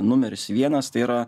numeris vienas tai yra